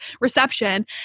reception